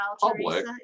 public